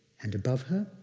and above her,